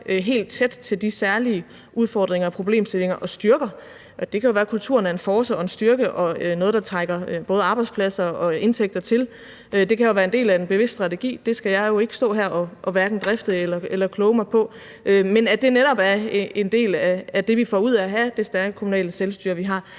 og problemstillinger – og styrker. Det kan jo være, kulturen er en force og en styrke og noget, der trækker både arbejdspladser og indtægter til. Det kan jo være en del af en bevidst strategi, det skal jeg ikke står her og drifte eller kloge mig på. Men det kan netop være en del af det, vi får ud af at have det stærke kommunale selvstyre, vi har.